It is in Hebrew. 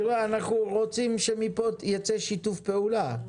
אנחנו רוצים שמפה ייצא שיתוף פעולה.